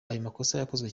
yakozwe